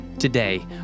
Today